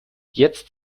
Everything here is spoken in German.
jetzt